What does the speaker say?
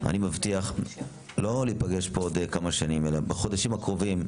אני מבטיח לא להיפגש פה בעוד כמה שנים אלא בחודשים הקרובים,